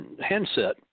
handset